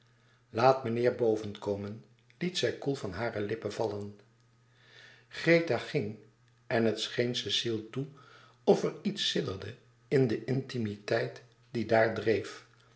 laat meneer bovenkomen liet zij koel van haar lippen vallen greta ging en het scheen cecile toe of er iets sidderde in de intimiteit die daar dreef